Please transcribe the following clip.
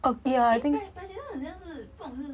eh pre~ president 好像是不懂是